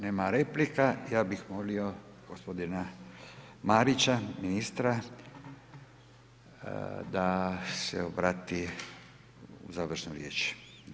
Nema replika, ja bi molio gospodina Marića, ministra, da se obrati završnom riječi.